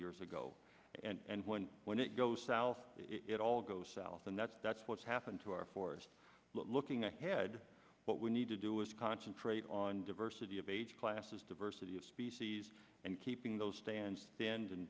years ago and when when it goes south it all goes south and that's that's what's happened to our forests looking ahead what we need to do is concentrate on diversity of age classes diversity of species and keeping those stands stand and